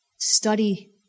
study